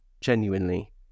Genuinely